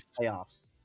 playoffs